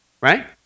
right